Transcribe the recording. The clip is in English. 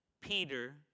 Peter